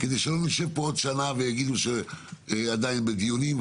אחרת נשב פה עוד שנה ויגידו לנו שזה עדיין בדיונים.